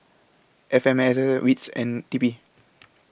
F M S S WITS and T P